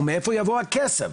ומאיפה יבוא הכסף.